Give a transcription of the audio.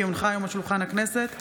כי הונחה היום על שולחן הכנסת,